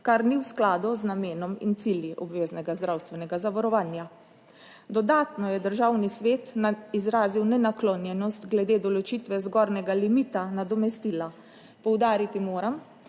kar ni v skladu z namenom in cilji obveznega zdravstvenega zavarovanja. Dodatno je Državni svet izrazil nenaklonjenost glede določitve zgornjega limita nadomestila. Poudariti moram,